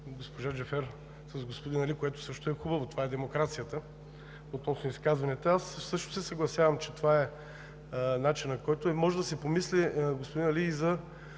госпожа Джафер и господин Али, което също е хубаво. Това е демокрацията относно изказванията. Аз също се съгласявам, че това е начинът. Може да се помисли, господин Али, дали